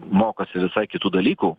mokosi visai kitų dalykų